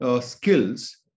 skills